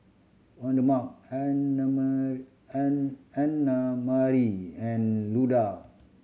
Waldemar Annamarie and Luda